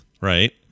right